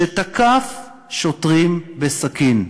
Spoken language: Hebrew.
שתקף שוטרים בסכין,